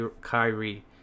Kyrie